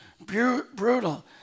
brutal